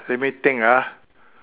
let me think ah